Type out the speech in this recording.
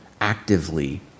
actively